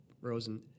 Rosen